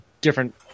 different